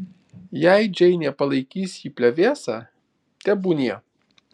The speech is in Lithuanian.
jei džeinė palaikys jį plevėsa tebūnie